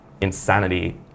insanity